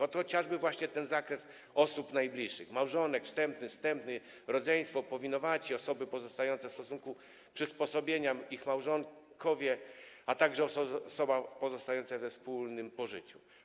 Ot, chociażby zakres osób najbliższych, tj. małżonek, wstępny, zstępny, rodzeństwo, powinowaci, osoby pozostające w stosunku przysposobienia, ich małżonkowie, a także osoba pozostająca we wspólnym pożyciu.